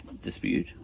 dispute